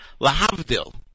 Lahavdil